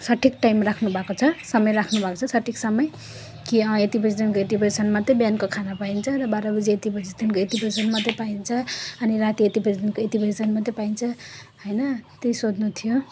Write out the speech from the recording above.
सठिक टाइम राख्नुभएको छ समय राख्नु भएको छ सठिक समय कि अँ यति बजीदेखिको यति बजीसम्म मात्रै बिहानको खाना पाइन्छ र बाह्र बजी यति बजीदेखिको यति बजीसम्म मात्रै पाइन्छ अनि राति यति बजीदेखिको यति बजीसम्म मात्रै पाइन्छ होइन त्यही सोध्नु थियो